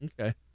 Okay